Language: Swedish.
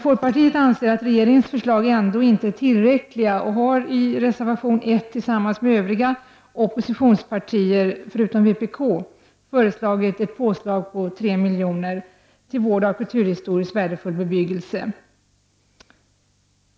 Folkpartiet anser att regeringens förslag ändå inte är tillräckliga och har i reservation 1 tillsammans med övriga oppo miljö samt till museer och utställningar sitionspartier, förutom vpk, föreslagit ett påslag på 3 miljoner till vård av kulturhistoriskt värdefull bebyggelse.